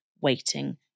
waiting